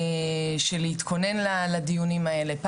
של להתכונן לדיונים האלה,